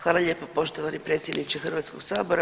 Hvala lijepo poštovani predsjedniče Hrvatskog sabora.